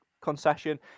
concession